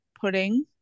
pudding